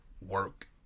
work